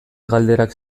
galderak